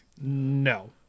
no